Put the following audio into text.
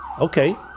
Okay